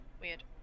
Weird